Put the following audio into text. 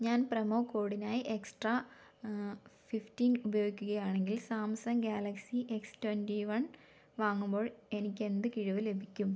ഞാൻ പ്രെമോക്കോഡിനായി extra fifteen ഉപയോഗിക്കുകയാണെങ്കിൽ Samsung Galaxy X twenty one വാങ്ങുമ്പോൾ എനിക്കെന്തു കിഴിവു ലഭിക്കും